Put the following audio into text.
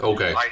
Okay